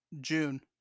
June